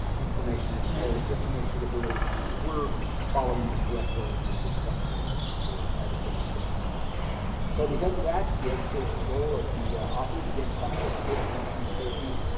information and imperatives just to make sure that we're we're following the correct roles with respect to the to the medicine and symptomology so because of that the educational goal of the authors again practice personal and team safety